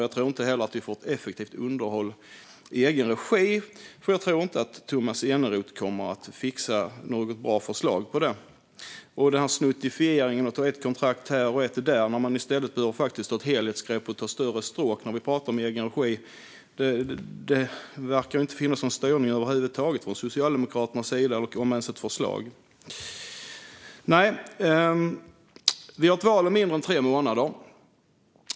Jag tror inte heller att vi får ett effektivt underhåll i egen regi, för jag tror inte att Tomas Eneroth kommer att fixa något bra förslag på det. Vi ser den här snuttifieringen med ett kontrakt här och ett där när man i stället behöver ta ett helhetsgrepp och större stråk när vi pratar om egen regi. Det verkar inte finnas någon styrning över huvud taget från Socialdemokraternas sida och än mindre ett förslag. Vi har ett val om mindre än tre månader.